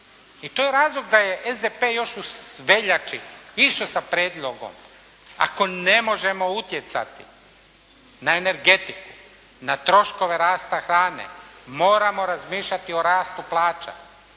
I to je razlog da je SDP još u veljači išao sa prijedlogom ako ne možemo utjecati na energetiku, na troškove rasta hrane moramo razmišljati o rastu plaća.